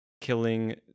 killing